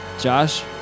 Josh